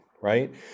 right